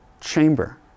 chamber